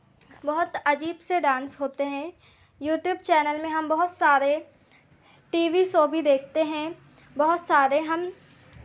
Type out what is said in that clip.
बहुत अजीब से डांस होते हैं यूट्यूब चैनल में हम बहुत सारे टी वी शो भी देखते हैं बहुत सारे हम